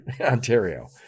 Ontario